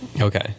okay